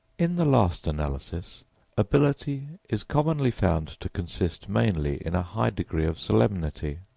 in the last analysis ability is commonly found to consist mainly in a high degree of solemnity.